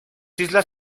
islas